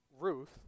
Ruth